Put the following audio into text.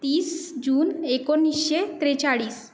तीस जून एकोणीसशे त्रेचाळीस